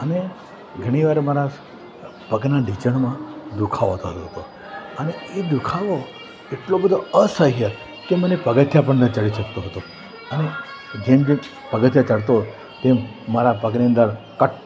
અને ઘણી વાર મારા પગના ઢીંચણમાં દુખાવો થતો હતો અને એ દુખાવો એટલો બધો અસહ્ય કે મને પગથિયાં પણ ન ચડી શકતો હતો આમ જેમ જેમ પગથિયાં ચડતો હતો તેમ મારા પગની અંદર કટ